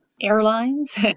airlines